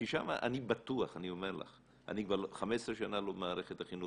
אני כבר 15 שנה לא במערכת החינוך,